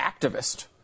activist